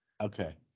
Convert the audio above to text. Okay